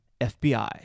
FBI